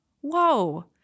Whoa